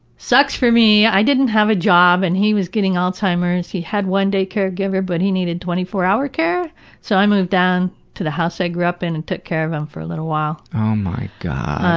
sucks for me. i didn't have a job and he was getting alzheimer's. he had one day caregiver but he needed twenty four hour care so i moved down to the house i grew up in and took care of him for a little while. oh my god!